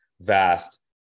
vast